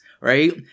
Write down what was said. right